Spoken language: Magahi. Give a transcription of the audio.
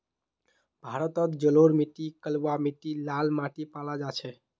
भारतत जलोढ़ माटी कलवा माटी लाल माटी पाल जा छेक